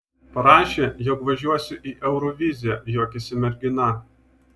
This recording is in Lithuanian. parašė jog važiuosiu į euroviziją juokėsi mergina